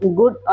good